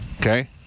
okay